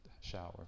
shower